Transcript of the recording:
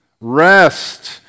Rest